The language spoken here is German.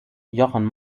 jochen